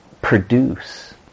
produce